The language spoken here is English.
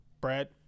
brad